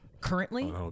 currently